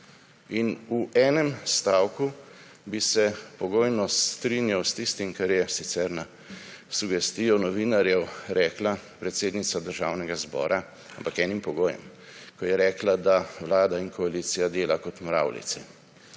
V enem stavku bi se pogojno strinjal s tistim, kar je sicer na sugestijo novinarjev rekla predsednica Državnega zbora, ampak z enim pogojem, ko je rekla, da vlada in koalicija dela kot mravljice.